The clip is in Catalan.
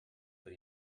per